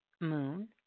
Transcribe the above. moon